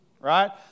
Right